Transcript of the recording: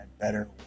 better